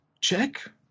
check